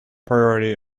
priority